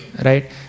right